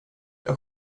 jag